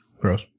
gross